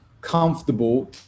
comfortable